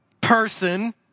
person